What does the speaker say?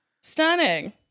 Stunning